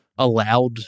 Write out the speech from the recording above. allowed